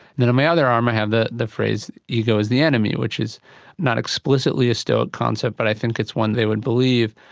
then on my other arm i have the the phrase ego is the enemy, which is not explicitly a stoic concept but i think it's one they would believe.